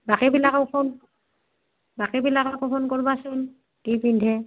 বাকীবিলাকক phone বাকীবিলাককো phone কৰিবাচোন কি পিন্ধে